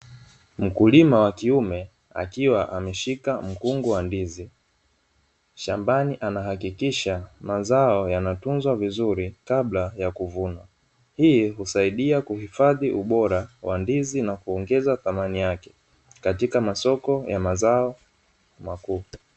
Mkulima wa kiume akiwa ameshika mkungu wa ndizi shambani, anahakikisha mazao yanatunzwa vizuri kabla ya kuvunwa. Hii husaidia kuhifadhi ubora wa ndizi na kuongeza thamani yake, katika masoko ya mazao makuu.